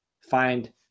find